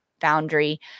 boundary